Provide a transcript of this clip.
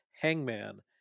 Hangman